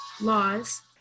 laws